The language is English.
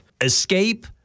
Escape